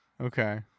Okay